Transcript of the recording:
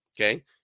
okay